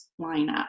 lineup